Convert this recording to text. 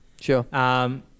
Sure